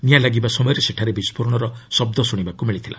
ନିଆଁ ଲାଗିବା ସମୟରେ ସେଠାରେ ବିସ୍ଫୋରଣର ଶବ୍ଦ ଶୁଣିବାକୁ ମିଳିଥିଲା